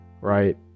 right